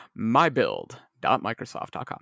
MyBuild.Microsoft.com